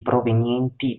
provenienti